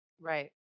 Right